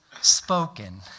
spoken